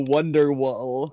Wonderwall